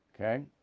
Okay